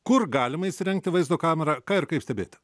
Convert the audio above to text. kur galima įsirengti vaizdo kamerą ką ir kaip stebėti